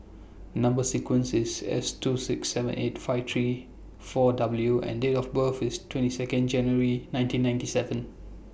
Number sequence IS S two six seven eight five three four W and Date of birth IS twenty Second January nineteen ninety seven